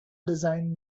design